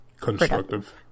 constructive